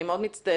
אני מאוד מצטערת.